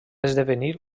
esdevenir